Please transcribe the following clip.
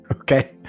okay